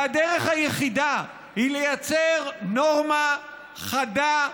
והדרך היחידה היא לייצר נורמה חדה,